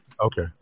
Okay